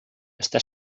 està